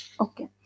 Okay